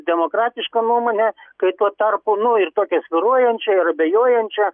demokratišką nuomonę kai tuo tarpu nu ir tokią svyruojančią ir abejojančią